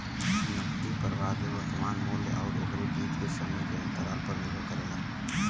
नकदी प्रवाह के वर्तमान मूल्य आउर ओकरे बीच के समय के अंतराल पर निर्भर करेला